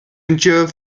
endure